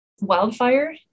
Wildfire